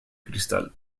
cristal